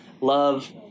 love